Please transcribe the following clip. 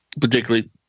particularly